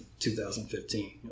2015